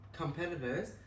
competitors